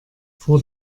vor